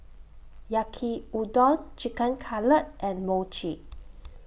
Yaki Udon Chicken Cutlet and Mochi